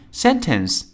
sentence